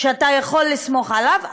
שאתה יכול לסמוך עליו,